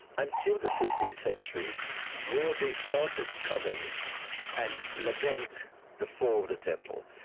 until the sixteenth century where they started coming and lamenting the fall of the temple.